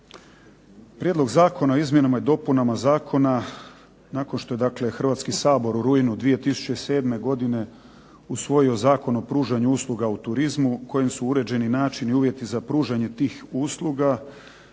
Prijedlog zakona o izmjenama i dopunama Zakona nakon što je Hrvatski sabor u rujnu 2007. godine usvojio Zakon o pružanju usluga u turizmu kojim su uređeni način i uvjeti za pružanje tih usluga,